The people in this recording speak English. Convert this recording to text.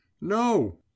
no